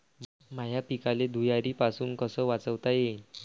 माह्या पिकाले धुयारीपासुन कस वाचवता येईन?